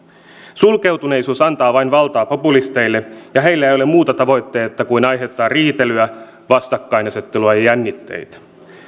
sulkeutuneisuus antaa vain valtaa populisteille ja heillä ei ole muuta tavoitetta kuin aiheuttaa riitelyä vastakkainasettelua ja jännitteitä